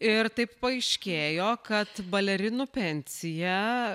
ir taip paaiškėjo kad balerinų pensija